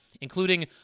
including